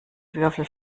würfel